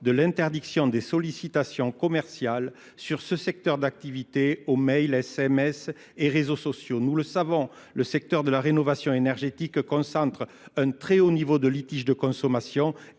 de l'interdiction des sollicitations commerciales sur ce secteur d'activité aux mails, SMS et réseaux sociaux. Nous le savons, le secteur de la rénovation énergétique concentre un très haut niveau de litiges de consommation